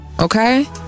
Okay